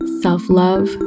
self-love